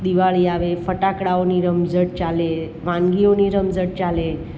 દિવાળી આવે ફટાકડાઓની રમઝટ ચાલે વાનગીઓની રમઝટ ચાલે